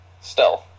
Stealth